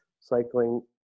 cycling